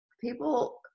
people